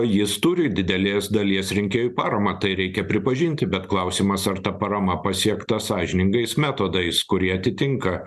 jis turi didelės dalies rinkėjų paramą tai reikia pripažinti bet klausimas ar ta parama pasiekta sąžiningais metodais kurie atitinka